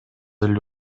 эле